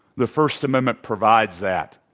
the first amendment provides that,